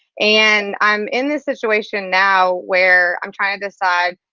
and i'm in this situation now where i'm trying to decide,